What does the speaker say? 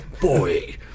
Boy